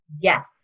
Yes